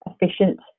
efficient